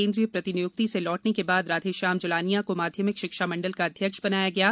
केंद्रीय प्रतिनियुक्ति से लौटने के बाद राधेश्याम जुलानिया को माध्यमिक शिक्षा मंडल का अध्यक्ष बनाया गया है